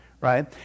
right